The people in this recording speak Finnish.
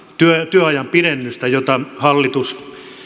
työajan pidennys jota hallitus